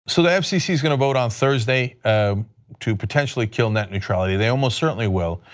so the fcc is going to vote on thursday to potentially kill net neutrality. they almost certainly well.